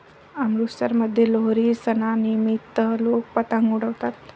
अमृतसरमध्ये लोहरी सणानिमित्त लोक पतंग उडवतात